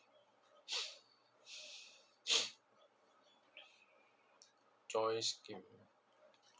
joint scheme